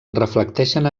reflecteixen